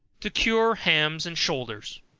to cure hams and shoulders.